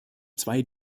zwei